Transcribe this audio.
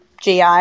GI